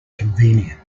convenient